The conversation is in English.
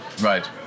Right